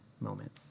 moment